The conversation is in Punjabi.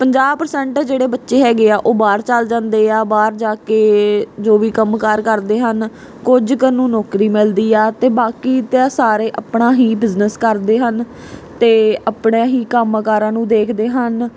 ਪੰਜਾਹ ਪਰਸੈਂਟ ਜਿਹੜੇ ਬੱਚੇ ਹੈਗੇ ਆ ਉਹ ਬਾਹਰ ਚੱਲ ਜਾਂਦੇ ਆ ਬਾਹਰ ਜਾ ਕੇ ਜੋ ਵੀ ਕੰਮਕਾਰ ਕਰਦੇ ਹਨ ਕੁਝ ਕੁ ਨੂੰ ਨੌਕਰੀ ਮਿਲਦੀ ਆ ਅਤੇ ਬਾਕੀ ਤਾਂ ਸਾਰੇ ਆਪਣਾ ਹੀ ਬਿਜ਼ਨਸ ਕਰਦੇ ਹਨ ਅਤੇ ਆਪਣੇ ਹੀ ਕੰਮਕਾਰਾਂ ਨੂੰ ਦੇਖਦੇ ਹਨ